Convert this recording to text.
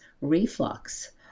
reflux